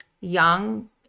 young